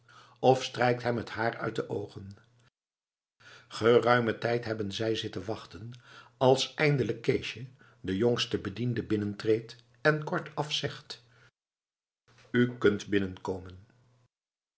of strijkt hem het haar uit de oogen geruimen tijd hebben zij zitten wachten als eindelijk keesje de jongste bediende binnentreedt en kortaf zegt u kunt binnenkomen